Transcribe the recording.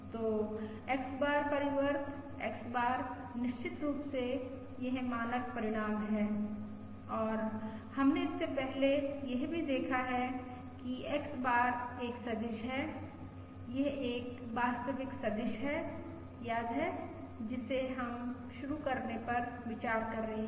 तो X बार परिवर्त X बार निश्चित रूप से यह मानक परिणाम है और हमने इससे पहले यह भी देखा है कि X बार एक सदिश है यह एक वास्तविक सदिश है याद है जिसे हम शुरू करने पर विचार कर रहे हैं